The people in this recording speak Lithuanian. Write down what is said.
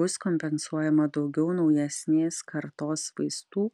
bus kompensuojama daugiau naujesnės kartos vaistų